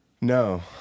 no